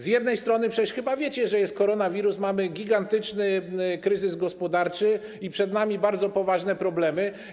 Z jednej strony przecież chyba wiecie, że jest koronawirus, mamy gigantyczny kryzys gospodarczy i przed nami bardzo poważne problemy.